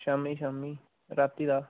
शामी शामी रातीं दा